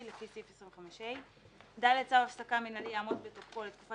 לפי סעיף 25ה. צו הפסקה מינהלי יעמוד בתוקפו לתקופה